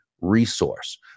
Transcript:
resource